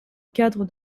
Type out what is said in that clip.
cadre